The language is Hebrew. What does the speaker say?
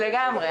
לגמרי.